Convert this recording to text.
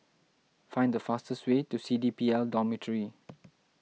find the fastest way to C D P L Dormitory